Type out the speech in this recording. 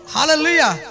Hallelujah